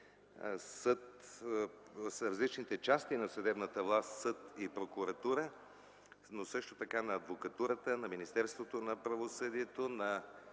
на различните части на съдебната власт – съд и прокуратура, но също така и на адвокатурата, на Министерството на правосъдието,